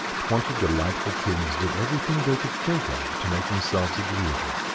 twenty delightful kings did everything they could think of to make themselves agreeable,